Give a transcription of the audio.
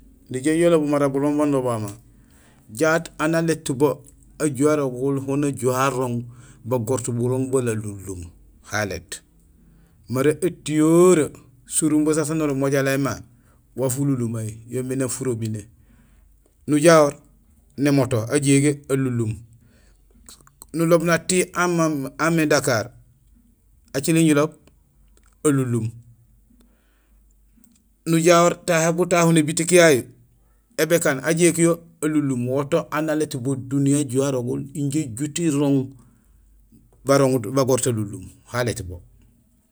Nijoow jé ilobul mara burooŋ baan ulobama, jaat aan alét bo ajuhé arogul ho najuhé arooŋ bagorut burooŋ burooŋ bara alunlum, ho alét. Mara étiyoree; sirumbo sasu saan umojalé mama; waaf ulunlumeey, yoomé nang furobiné; nujahoor, némoto; á jégé alunlum, nuloob natihi aamé Dakar, ajilool jiloob alunlum, nujahoor tahé butahu nébitik yayu ébékaan á jéék yo alunlum. Woto aan alét bo duniyee hajuhé arogul injé ijuut irooŋ bagorut alunlum, ha alét bo.